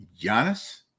Giannis